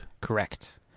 Correct